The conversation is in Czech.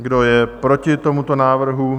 Kdo je proti tomuto návrhu?